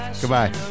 Goodbye